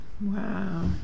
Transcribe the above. Wow